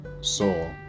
soul